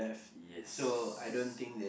yes